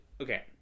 Okay